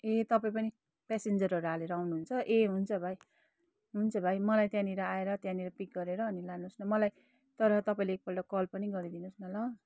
ए तपाईँ पनि पेसेन्जरहरू हालेर आउनहुन्छ ए हुन्छ भाइ हुन्छ भाइ मलाई त्यहाँनिर आएर त्यहाँनिर पिक गरेर अनि लानुहोस् न मलाई तर तपाईँले एकपल्ट कल पनि गरिदिनु होस् न ल